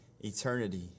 eternity